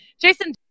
Jason